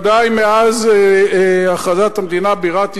ודאי מאז הכרזת המדינה בירת ישראל,